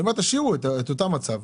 אני אומר תשאירו את אותו מצב.